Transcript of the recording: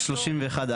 בסעיף 31(א).